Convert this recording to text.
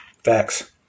Facts